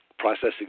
processing